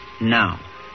Now